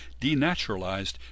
denaturalized